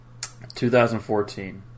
2014